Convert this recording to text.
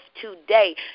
today